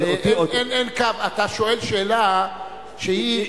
אתה שואל שאלה שהיא,